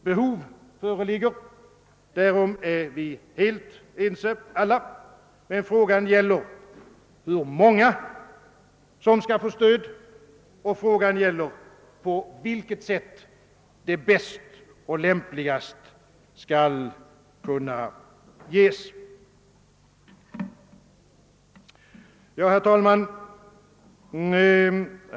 Behov föreligger — därom är vi alla helt ense — men frågan gäller hur många som skall få stöd och på vilket sätt stödet bäst och lämpligast skall kunna ges. Herr talman!